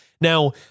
Now-